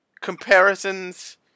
comparisons